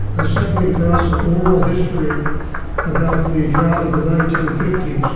assembling for us an oral history about the drought of the nineteen fifty s.